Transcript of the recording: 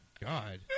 God